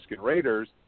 Raiders